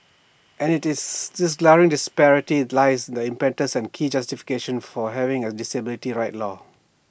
and this glaring disparity lies the impetus and key justification for having A disability rights law